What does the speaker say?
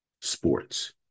sports